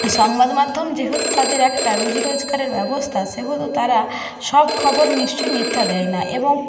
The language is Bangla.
সংবাদ মাধ্যম যেহেতু তাদের একটা রুজি রোজগারের ব্যবস্থা সেহেতু তারা সব খবর নিশ্চয়ই মিথ্যা দেয় না এবং